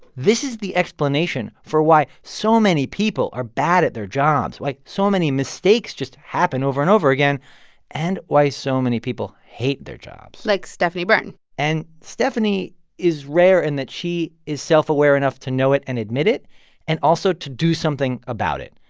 this is the explanation for why so many people are bad at their jobs, why so many mistakes just happen over and over again and why so many people hate their jobs like stephanie beirne and stephanie is rare in that she is self-aware enough to know it and admit it and, also, to do something about it.